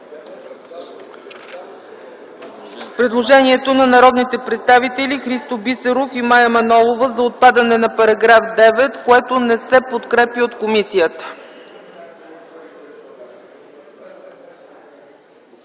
предложенията на народните представители Христо Бисеров и Мая Манолова за отпадане на § 9, които не се подкрепят от комисията.